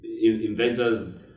inventors